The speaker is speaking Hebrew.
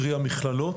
קרי המכללות,